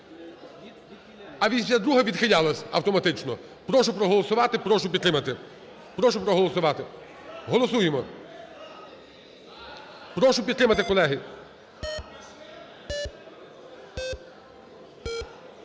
А 82-а відхилялась автоматично. Прошу проголосувати. Прошу підтримати. Прошу проголосувати. Голосуємо. Прошу підтримати, колеги.